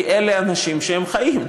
כי אלה האנשים שחיים.